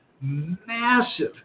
massive